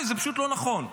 זה פשוט לא נכון.